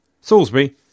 Salisbury